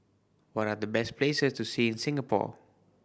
what are the best places to see in Singapore